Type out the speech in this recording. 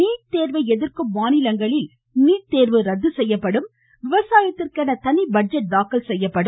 NEET தேர்வை எதிர்க்கும் மாநிலங்களில் அது ரத்து செய்யப்படும் விவசாயத்திற்கென தனி பட்ஜெட் தாக்கல் செய்யப்படும்